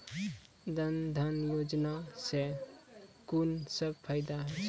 जनधन योजना सॅ कून सब फायदा छै?